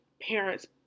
parents